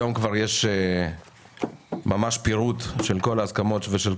היום יש כבר פירוט של כל ההסכמות וכל